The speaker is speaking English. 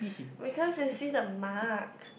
we can't to see the mark